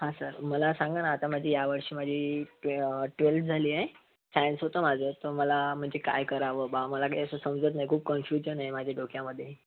हां सर मला सांगा ना आता माझी या वर्षी माझी ट्वे ट्वेल्थ झाली आहे सायन्स होतं माझं तर मला माझे काय करावं बुवा मला काही असं समजत नाही खूप कन्फ्युजन आहे माझ्या डोक्यामध्ये